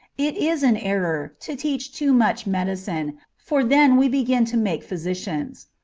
it is an error to teach too much medicine, for then we begin to make physicians.